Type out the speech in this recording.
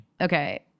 Okay